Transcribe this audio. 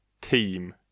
team